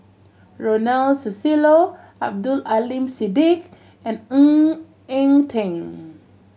Ronald Susilo Abdul Aleem Siddique and Ng Eng Teng